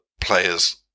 players